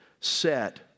set